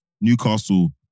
Newcastle